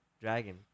dragon